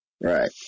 Right